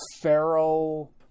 feral